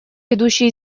ведущий